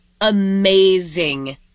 amazing